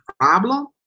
problem